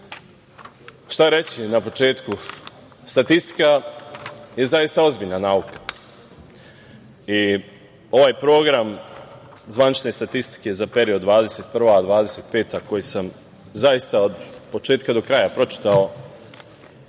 narodni poslanici, statistika je zaista ozbiljna nauka. Ovaj Program zvanične statistike za period 2021-2025., koju sam zaista od početka do kraja pročitao